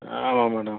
ஆமாம் மேடம்